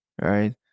Right